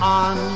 on